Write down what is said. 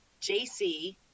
JC